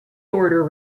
order